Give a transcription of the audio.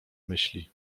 myśli